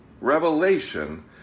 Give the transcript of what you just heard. revelation